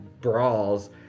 brawls